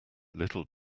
little